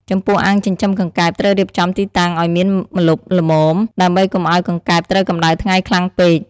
ចំពោះអាងចិញ្ចឹមកង្កែបត្រូវរៀបចំទីតាំងឲ្យមានម្លប់ល្មម ដើម្បីកុំឲ្យកង្កែបត្រូវកម្ដៅថ្ងៃខ្លាំងពេក។